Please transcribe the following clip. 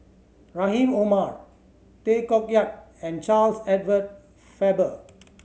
Rahim Omar Tay Koh Yat and Charles Edward Faber